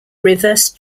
reverse